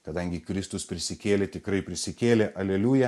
kadangi kristus prisikėlė tikrai prisikėlė aleliuja